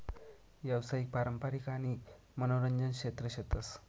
यावसायिक, पारंपारिक आणि मनोरंजन क्षेत्र शेतस